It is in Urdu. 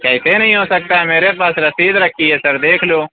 کیسے نہیں ہو سکتا ہے میرے پاس رسید رکھی ہے سر دیکھ لو